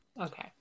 Okay